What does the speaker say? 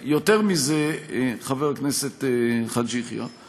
יותר מזה, חבר הכנסת חאג' יחיא,